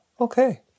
okay